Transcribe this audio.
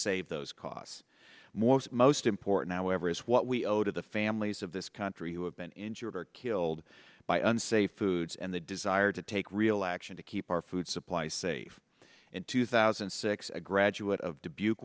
save those costs more most important however is what we owe to the families of this country who have been injured or killed by unsafe foods and the desire to take real action to keep our food supply safe in two thousand and six a graduate of dubuque